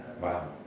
Wow